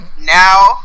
now